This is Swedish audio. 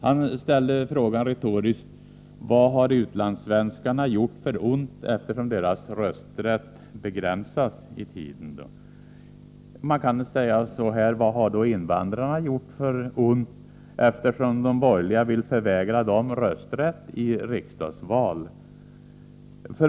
Han ställde retoriskt frågan: Vad har utlandssvenskarna gjort för ont, eftersom deras rösträtt begränsas i tiden? Man kan då fråga så här: Vad har invandrarna gjort för ont, eftersom de borgerliga vill förvägra dem rösträtt i riksdagsval?